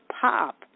pop